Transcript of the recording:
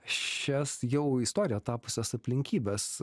šias jau istorija tapusias aplinkybes